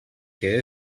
què